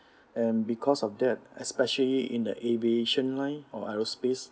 and because of that especially in the aviation line or aerospace